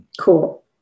cool